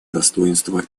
достоинство